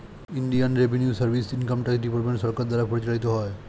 Indian revenue service income tax department সরকার দ্বারা পরিচালিত হয়